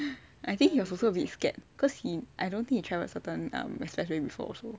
I think he was also a bit scared cause he I don't think he travelled um certain expressway before